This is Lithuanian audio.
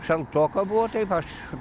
šaltoka buvo taip aš